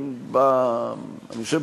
אני חושב,